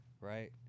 right